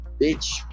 Bitch